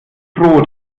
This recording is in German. froh